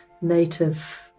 native